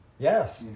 Yes